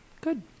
Good